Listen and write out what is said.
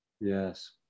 Yes